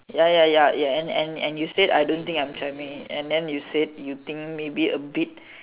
ya ya ya and and and you said I don't think I'm charming and then you said you think maybe a bit